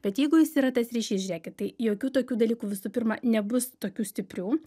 bet jeigu jis yra tas ryšys žiūrėkit tai jokių tokių dalykų visų pirma nebus tokių stiprių